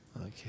Okay